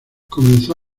comenzó